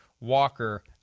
Walker